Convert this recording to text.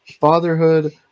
fatherhood